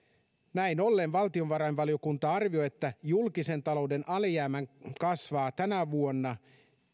näin ollen valtiovarainvaliokunta arvioi että julkisen talouden alijäämä kasvaa tänä vuonna